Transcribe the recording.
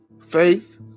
Faith